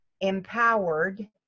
empowered